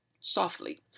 softly